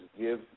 give